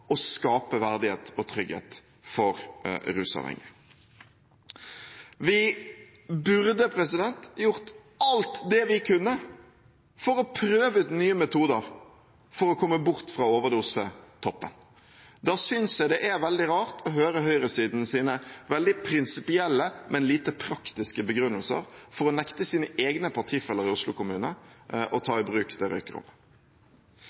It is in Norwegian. og skape verdighet og trygghet for rusavhengige. Vi burde gjort alt det vi kunne for å prøve ut nye metoder for å komme bort fra overdosetoppen. Da synes jeg det er veldig rart å høre høyresidens veldig prinsipielle, men lite praktiske begrunnelser for å nekte sine egne partifeller i Oslo kommune å ta i bruk